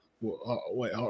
wait